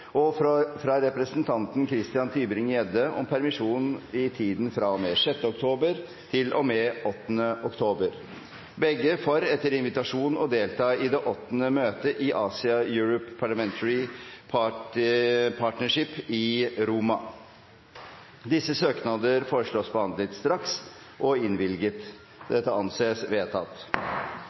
og fra representanten Christian Tybring-Gjedde om permisjon i tiden fra og med 6. oktober til og med 8. oktober, begge for etter invitasjon å delta i det åttende møtet i Asia-Europe Parliamentary Partnership i Roma. Etter forslag fra presidenten ble enstemmig besluttet: Søknadene behandles straks og